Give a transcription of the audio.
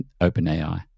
OpenAI